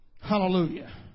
Hallelujah